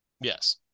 Yes